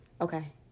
okay